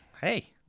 hey